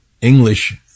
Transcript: English